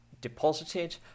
deposited